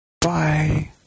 Bye